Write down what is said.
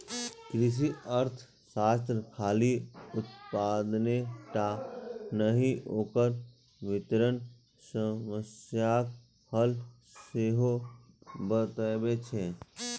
कृषि अर्थशास्त्र खाली उत्पादने टा नहि, ओकर वितरण समस्याक हल सेहो बतबै छै